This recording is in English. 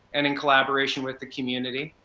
and in collaboration with the community.